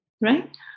right